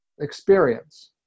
experience